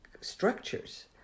structures